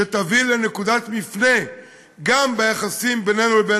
שתביא לנקודת מפנה גם ביחסים בינינו לבין